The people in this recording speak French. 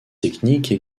techniques